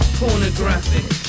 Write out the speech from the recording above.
pornographic